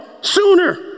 sooner